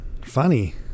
funny